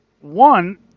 One